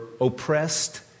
oppressed